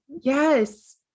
Yes